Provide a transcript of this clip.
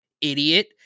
idiot